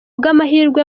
bw’amahirwe